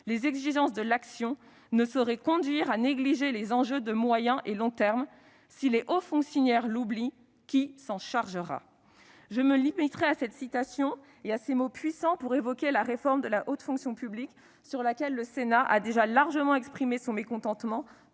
Les exigences de l'action ne sauraient conduire à négliger les enjeux de moyen et long terme. Si les hauts fonctionnaires l'oublient, qui s'en chargera ?» Je me limiterai à la citation de ces mots puissants pour évoquer la réforme de la haute fonction publique, sur laquelle le Sénat a déjà largement exprimé son mécontentement,